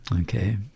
Okay